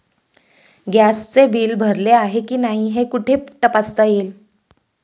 गॅसचे बिल भरले आहे की नाही हे कुठे तपासता येईल?